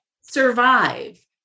survive